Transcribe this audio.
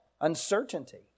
uncertainty